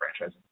franchising